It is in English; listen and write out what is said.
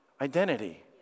identity